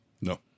No